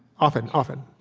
often. often.